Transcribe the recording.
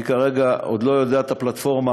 אני כרגע עוד לא יודע את הפלטפורמה,